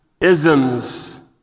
isms